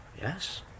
Yes